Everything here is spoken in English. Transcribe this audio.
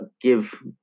give